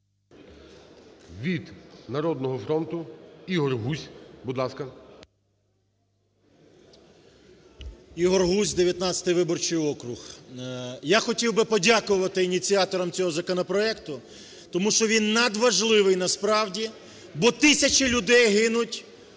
Від "Народного фронту" – Ігор Гузь. Будь ласка. 11:13:29 ГУЗЬ І.В. Ігор Гузь, 19 виборчий округ. Я хотів би подякувати ініціаторам цього законопроекту, тому що він надважливий насправді, бо тисячі людей гинуть